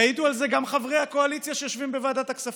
יעידו על זה גם חברי הקואליציה שיושבים בוועדת הכספים,